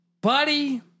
Buddy